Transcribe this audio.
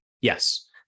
Yes